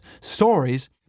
stories